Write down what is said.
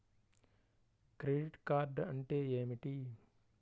Credit card అంటే ఏమిటి?